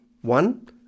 One